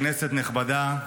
כנסת נכבדה,